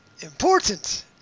important